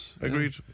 agreed